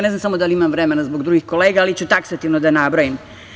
Ne znam samo da li imam vremena zbog drugih kolega, ali ću taksativno da nabrojim.